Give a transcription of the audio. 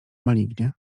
malignie